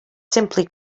simply